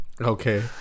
okay